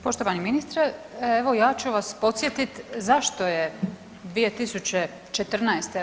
Poštovani ministre, evo ja ću vas podsjetit zašto je 2014.